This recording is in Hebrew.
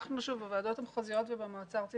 אנחנו בוועדות המחוזיות ובמועצה הארצית